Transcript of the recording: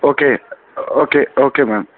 okay okay okay ma'am